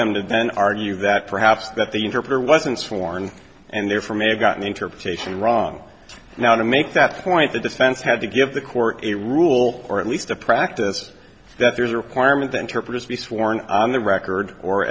them to then argue that perhaps that the interpreter wasn't sworn and therefore may have gotten the interpretation wrong now to make that point the defense had to give the court a rule or at least a practice that there's a requirement that interpreters be sworn in on the record or